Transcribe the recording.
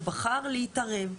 הוא בחר להתערב,